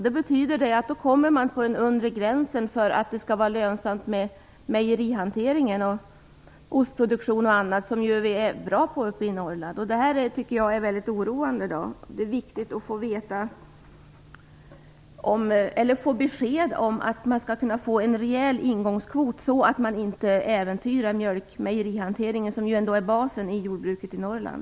Det betyder att man hamnar på den undre gränsen i fråga om lönsamheten när det gäller mejerihanteringen, ostproduktionen och annat som man är bra på i Norrland. Detta är väldigt oroande. Det är viktigt att få besked om en rejäl ingångskvot, så att inte mejerihanteringen äventyras. Den är ändå basen i jordbruket i Norrland.